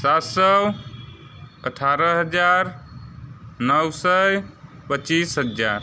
सात सौ अठारह हज़ार नौ सौ पच्चीस हज़ार